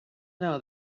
know